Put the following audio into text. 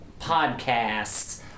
Podcasts